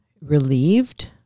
relieved